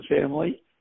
family